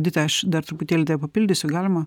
edita aš dar truputėlį tave papildysiu galima